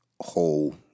whole